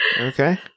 Okay